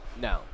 No